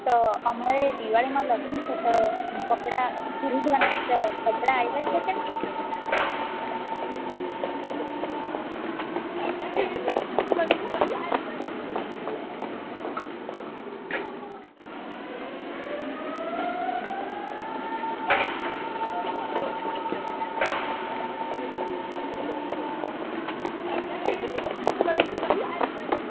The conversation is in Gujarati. તો અમારે દિવાળીમાં લગ્ન છે તો કપડાં ખરીદવાના છે તો કપડાં આવ્યા છે કે